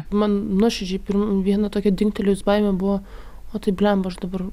man nuoširdžiai pirm viena tokia dingtelėjus baimė buvo o tai bliamba aš dabar